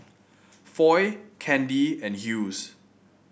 Foy Candi and Hughes